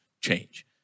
change